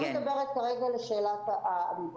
אני לא מדברת כרגע על שאלת הליווי.